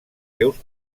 seus